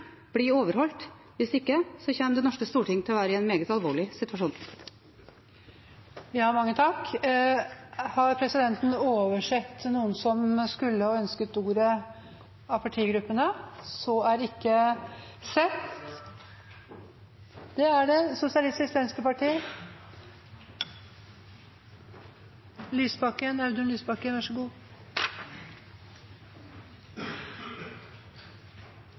blir overholdt. Hvis ikke kommer det norske storting til å være i en meget alvorlig situasjon. Har presidenten oversett noen av partigruppene som har ønsket å ta ordet? – Det har hun. Det er